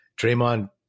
draymond